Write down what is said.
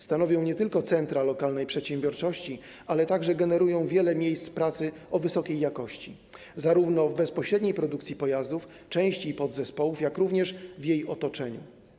Stanowią nie tylko centra lokalnej przedsiębiorczości, ale także generują wiele miejsc pracy wysokiej jakości zarówno w bezpośredniej produkcji pojazdów, części i podzespołów, jak również w jej otoczeniu.